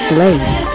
Blaze